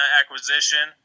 acquisition